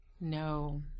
no